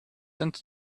and